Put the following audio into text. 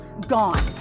gone